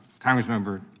Congressmember